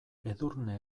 edurne